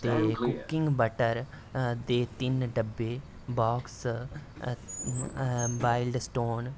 ते cooking butter दे तिन डब्बे बाक्स वाइल्ड स्टोन